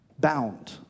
Bound